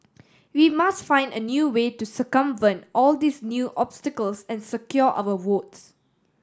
we must find a new way to circumvent all these new obstacles and secure our votes